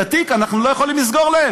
תפקידה לחקור,